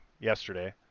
yesterday